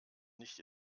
nicht